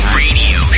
radio